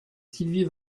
sylvie